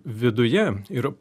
viduje ir